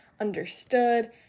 understood